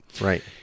Right